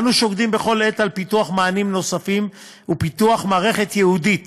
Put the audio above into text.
אנו שוקדים כל העת על פיתוח מענים נוספים ועל פיתוח מערכת ייעודית